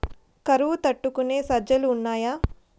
కరువు తట్టుకునే సజ్జలు ఉన్నాయా